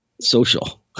social